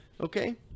Okay